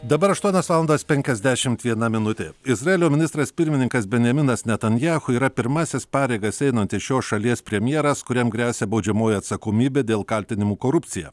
dabar aštuonios valandos penkiasdešimt viena minutė izraelio ministras pirmininkas benjaminas netanjachu yra pirmasis pareigas einantis šios šalies premjeras kuriam gresia baudžiamoji atsakomybė dėl kaltinimų korupcija